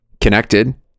connected